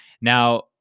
Now